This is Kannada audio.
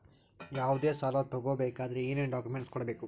ಯಾವುದೇ ಸಾಲ ತಗೊ ಬೇಕಾದ್ರೆ ಏನೇನ್ ಡಾಕ್ಯೂಮೆಂಟ್ಸ್ ಕೊಡಬೇಕು?